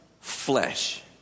flesh